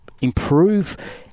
improve